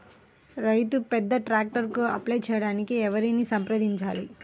రైతు పెద్ద ట్రాక్టర్కు అప్లై చేయడానికి ఎవరిని సంప్రదించాలి?